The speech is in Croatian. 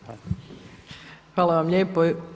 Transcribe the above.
Hvala vam lijepo.